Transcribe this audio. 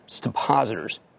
depositors